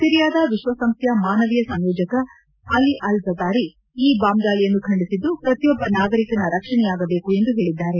ಸಿರಿಯಾದ ವಿಶ್ವಸಂಸ್ಥೆಯ ಮಾನವೀಯ ಸಂಯೋಜಕ ಅಲಿ ಅಲ್ ಜತಾರಿ ಈ ಬಾಂಬ್ ದಾಳಿಯನ್ನು ಖಂಡಿಸಿದ್ದು ಪ್ರತಿಯೊಬ್ಬ ನಾಗರಿಕನ ರಕ್ಷಣೆಯಾಗಬೇಕು ಎಂದು ಹೇಳಿದ್ದಾರೆ